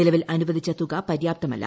നിലവിൽ അനുവദിച്ച തുക പര്യാപ്തമല്ല